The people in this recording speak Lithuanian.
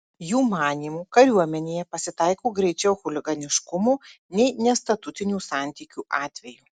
jų manymu kariuomenėje pasitaiko greičiau chuliganiškumo nei nestatutinių santykių atvejų